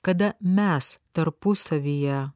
kada mes tarpusavyje